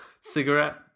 Cigarette